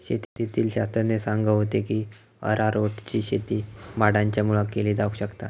शेतीतले शास्त्रज्ञ सांगा होते की अरारोटची शेती माडांच्या मुळाक केली जावक शकता